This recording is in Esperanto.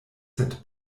sed